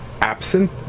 absent